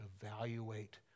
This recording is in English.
evaluate